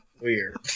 weird